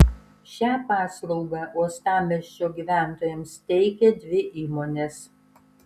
šią paslaugą uostamiesčio gyventojams teikia dvi įmonės